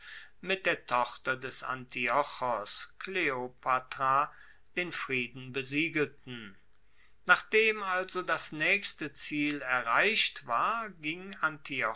mit der tochter des antiochos kleopatra den frieden besiegelten nachdem also das naechste ziel erreicht war ging antiochos